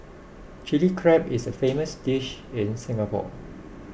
Chilli Crab is a famous dish in Singapore